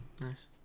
Nice